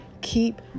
keep